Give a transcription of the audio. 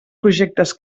projectes